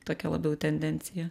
tokia labiau tendencija